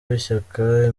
w’ishyaka